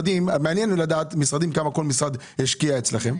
-- מעניין אותנו לדעת כמה כל משרד השקיע אצלכם.